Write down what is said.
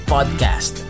Podcast